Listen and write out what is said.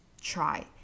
try